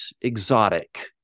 exotic